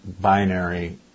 binary